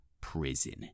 prison